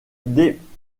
dénomination